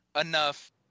enough